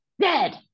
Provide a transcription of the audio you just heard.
Dead